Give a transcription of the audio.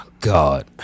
God